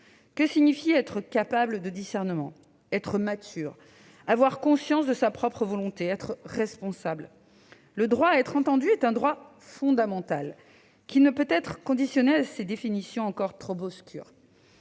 que signifie être capable de discernement ? Être mature ? Avoir conscience de sa propre volonté ? Être responsable ? Le droit à être entendu est un droit fondamental, qui ne peut être conditionné à ces définitions encore trop obscures.